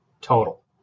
total